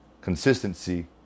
consistency